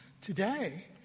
Today